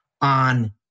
on